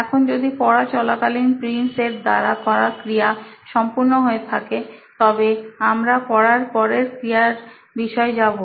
এখন যদি পড়া চলাকালীন প্রিন্স এর দ্বারা করা ক্রিয়া সম্পূর্ণ হয়ে থাকে তবে আমরা পড়ার পরের ক্রিয়ার বিষয় যাবো